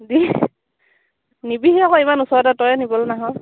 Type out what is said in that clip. দি নিবিহি আকৌ ইমান ওচৰতে তইয়ে নিবলৈ নাহ